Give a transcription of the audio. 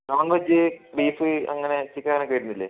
non veg beef അങ്ങനെ chicken അങ്ങനെ ഒക്കെ വരുന്നില്ലേ